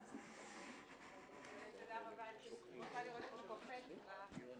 (הישיבה